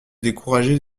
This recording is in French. décourager